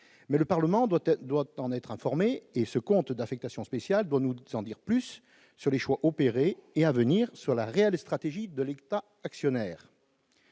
mais le Parlement doit être, doit en être informé et ce compte d'affectation spéciale pour nous, nous en dire plus sur les choix opérés et à venir sur la réelle stratégique de l'État actionnaire.